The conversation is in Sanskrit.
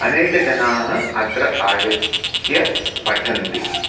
अनेकाः जनाः अत्र आगत्य पठन्ति